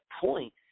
point